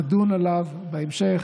נדון עליו בהמשך.